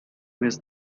miss